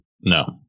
No